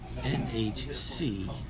N-H-C